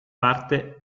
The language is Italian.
parte